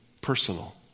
personal